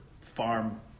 farm